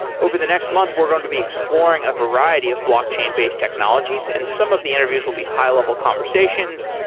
over the next month we're going to be exploring a variety of blockchain-based technologies and some of the interviews will be high-level conversations.